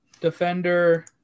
defender